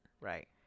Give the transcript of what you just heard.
Right